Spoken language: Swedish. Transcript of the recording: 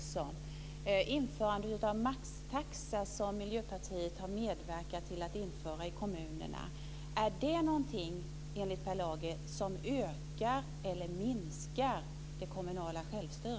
Införandet av maxtaxa, som Miljöpartiet har medverkat till i kommunerna, är det någonting enligt Per